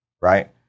right